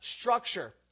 structure